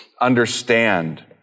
understand